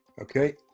Okay